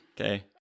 Okay